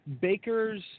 Baker's